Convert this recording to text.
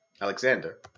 Alexander